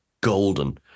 golden